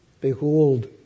Behold